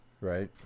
right